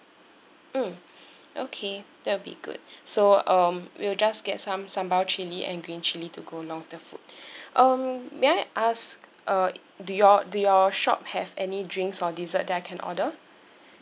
mm okay that would be good so um we'll just get some sambal chili and green chili to go along with the food um may I ask uh do your do your shop have any drinks or dessert that I can order